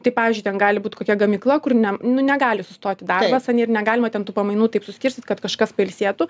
tai pavyzdžiui ten gali būt kokia gamykla kur ne nu negali sustoti darbas ane ir negalima ten tų pamainų taip suskirstyt kad kažkas pailsėtų